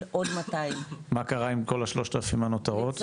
עוד 200. מה קרה עם כל ה-3,000 הנותרות?